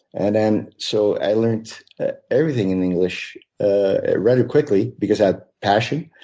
and then so i learned everything in english ah rather quickly because i had passion.